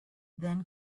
then